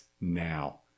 now